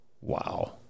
Wow